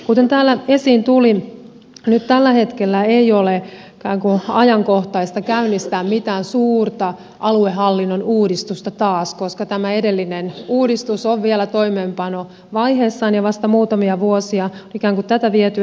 kuten täällä esiin tuli nyt tällä hetkellä ei ole ikään kuin ajankohtaista käynnistää mitään suurta aluehallinnon uudistusta taas koska tämä edellinen uudistus on vielä toimeenpanovaiheessaan ja vasta muutamia vuosia on ikään kuin tätä viety eteenpäin